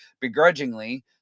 begrudgingly